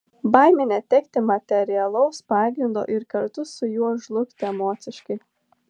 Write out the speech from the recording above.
baimė netekti materialaus pagrindo ir kartu su juo žlugti emociškai